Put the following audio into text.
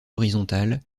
horizontale